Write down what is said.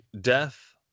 death